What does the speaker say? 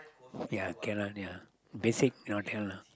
ya cannot ya basic not there lah